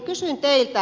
kysyn teiltä